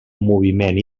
moviment